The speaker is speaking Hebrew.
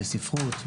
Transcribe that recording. בספרות,